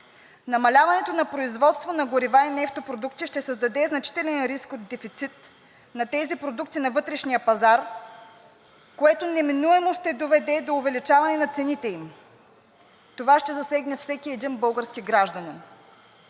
Намаляването на производството на горива и нефтопродукти ще създаде значителен риск от дефицит на тези продукти на вътрешния пазар, което неминуемо ще доведе до увеличаване на цените им. Това ще засегне всеки едни български гражданин.